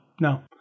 no